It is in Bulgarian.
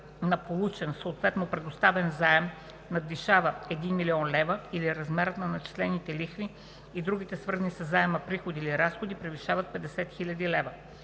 на получен, съответно предоставен заем, надвишава 1 млн. лв. или размерът на начислените лихви и другите свързани със заема приходи или разходи превишава 50 хил. лв.